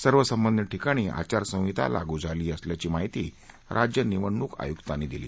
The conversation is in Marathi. सव संबंधित ठिकाणी आचारसंहिता लागू झाली अस याची माहिती रा य निवडणूक आयू ांनी दिली